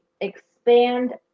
expand